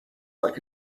like